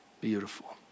Beautiful